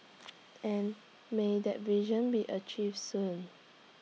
and may that vision be achieved soon